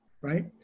right